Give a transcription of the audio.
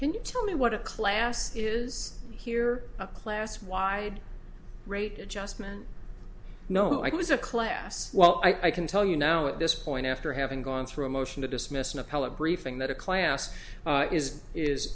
can you tell me what a class is here a class wide rate adjustment no i was a class well i can tell you now at this point after having gone through a motion to dismiss an appellate briefing that a class is is